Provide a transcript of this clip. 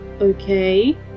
okay